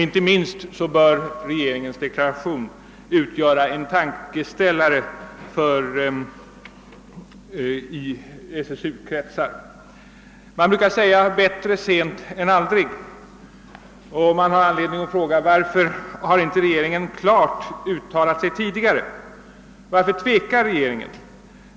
Inte minst bör regeringens deklaration utgöra en tankeställare för SSU kretsar. Bättre sent än aldrig, brukar man ju säga, och det finns anledning att fråga: Varför har inte regeringen klart uttalat sig tidigare? Varför tvekar regeringen?